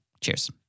Cheers